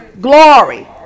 Glory